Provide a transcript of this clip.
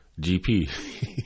GP